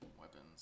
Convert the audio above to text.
weapons